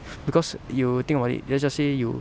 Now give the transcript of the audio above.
because you think about it let's just say you